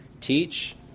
teach